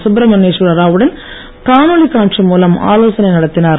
சுப்ரமண்யேஸ்வர ராவ் வுடன் காணொலி காட்சி மூலம் ஆலோசனை நடத்தினார்